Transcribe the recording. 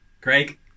Craig